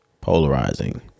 polarizing